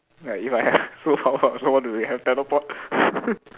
ya if I have superpower I also want to be have teleport